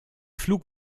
flug